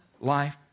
life